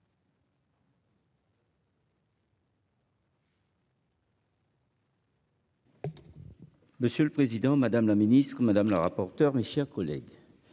Monsieur le président, madame la ministre madame la rapporteure, mes chers collègues.